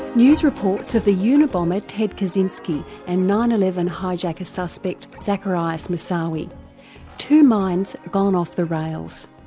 news reports of the unabomber ted kaczynski and nine. eleven high jacker suspect zacarias moussauoi two minds gone off the rails.